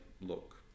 Look